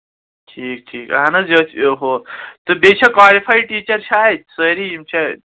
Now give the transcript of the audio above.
ٹھیٖک ٹھیٖک اہن حظ یَتھ ہُہ تہٕ بیٚیہِ چھا کالِفایڈ ٹیٖچَر چھا اَتہِ سٲری یِم چھےٚ